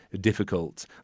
difficult